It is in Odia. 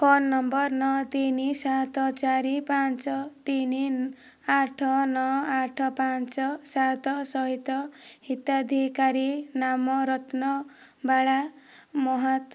ଫୋନ୍ ନମ୍ବର ନଅ ତିନି ସାତ ଚାରି ପାଞ୍ଚ ତିନି ଆଠ ନଅ ଆଠ ପାଞ୍ଚ ସାତ ସହିତ ହିତାଧିକାରୀ ନାମ ରତ୍ନବାଳା ମହାତ୍